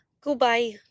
Goodbye